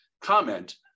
comment